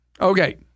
Okay